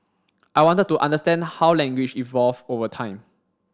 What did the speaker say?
I wanted to understand how language evolved over time